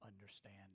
understand